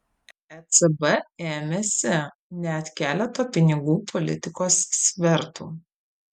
ecb ėmėsi net keleto pinigų politikos svertų